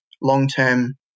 long-term